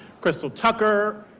crystal tucker,